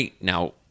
now